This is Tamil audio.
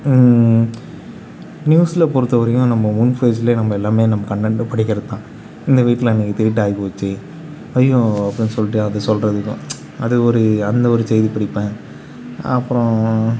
நியூஸில் பொறுத்த வரைக்கும் நம்ம ஓன் பேஜுலையே நம்ம எல்லாமே நம்ம கன்டென்ட்டு படிக்கிறது தான் இந்த வீட்டில் இன்றைக்கி திருட்டாகி போச்சு ஐயோ அப்படின்னு சொல்லிவிட்டு அதை சொல்லுறதுக்கும் அது ஒரு அந்த ஒரு செய்தி படிப்பேன் அப்புறம்